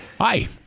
Hi